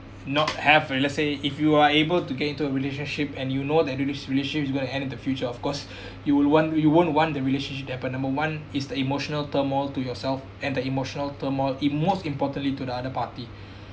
not have okay let's say if you are able to get into a relationship and you know that the relationship's going to end in the future of course you will want you won't want the relationship to happen number one is the emotional turmoil to yourself and the emotional turmoil it most importantly to the other party